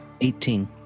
Eighteen